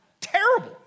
Terrible